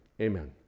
Amen